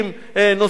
נוזל להם.